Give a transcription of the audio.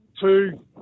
two